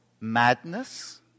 Madness